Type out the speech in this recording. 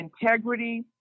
Integrity